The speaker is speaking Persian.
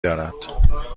دارد